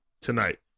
tonight